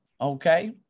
okay